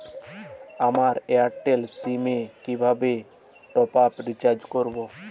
আমার Airtel SIM এ কিভাবে টপ আপ রিচার্জ করবো?